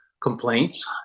complaints